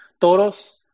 Toros